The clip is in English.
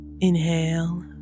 Inhale